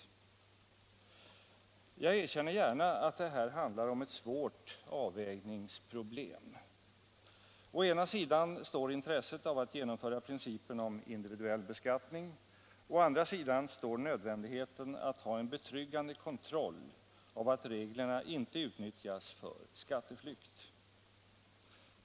Jag erkänner gärna att det här handlar om ett svårt avvägningsproblem. Å ena sidan står intresset av att genomföra principen om individuell beskattning, å andra sidan står nödvändigheten av att ha en betryggande kontroll av att reglerna icke utnyttjas för skatteflykt.